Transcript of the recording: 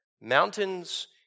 mountains